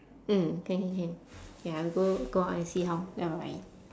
mm can can can ya we go go out and see how ya bye bye